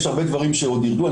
יש עוד הרבה דברים שעוד ירדו.